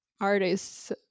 artists